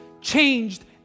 changed